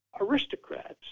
aristocrats